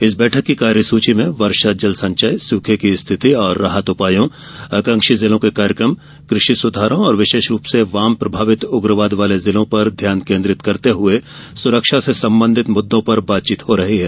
इस बैठक की कार्यसूची में वर्षा जल संचय सूखे की स्थिति और राहत उपायों आकांक्षी जिलों के कार्यक्रम कृषि सुधारों और विशेष रूप से वाम प्रभावित उग्रवाद वाले जिलों पर ध्यान केन्द्रित करते हुए सुरक्षा से संबंधित मुद्दों पर बातचीत हो रही हैं